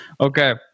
Okay